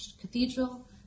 Cathedral